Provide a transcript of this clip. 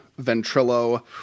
Ventrilo